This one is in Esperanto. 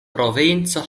provinco